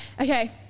Okay